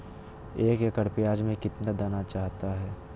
एक एकड़ प्याज में कितना दाना चाहता है?